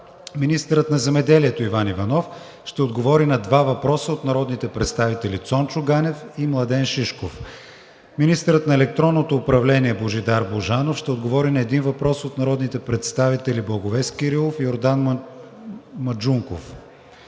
Министърът на земеделието Иван Иванов ще отговори на два въпроса от народните представители Цончо Ганев; и Младен Шишков. 5. Министърът на електронното управление Божидар Божанов ще отговори на един въпрос от народните представители Благовест Кирилов и Йордан Маджунков.